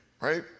right